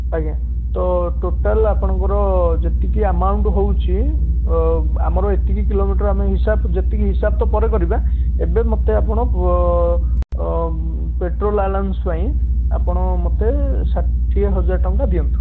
ଆଜ୍ଞା ତ ଟୋଟାଲ୍ ଆପଣଙ୍କର ଯେତିକି ଆମାଉଣ୍ଟ୍ ହେଉଛି ଆମର ଏତିକି କିଲୋମିଟର୍ ଆମେ ହିସାବ ଯେତିକି ହିସାବ ତ ପରେ କରିବା ଏବେ ମୋତେ ଆପଣ ପେଟ୍ରୋଲ୍ ଆଲାଉନ୍ସ୍ ପାଇଁ ଆପଣ ମୋତେ ଷାଠିଏ ହଜାର ଟଙ୍କା ଦିଅନ୍ତୁ